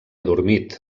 adormit